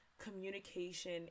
communication